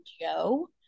Joe